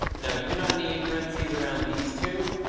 no, you do not need parentheses around these two.